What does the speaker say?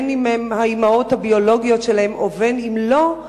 בין שהן האמהות הביולוגיות שלהם ובין שלא,